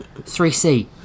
3C